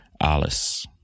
alice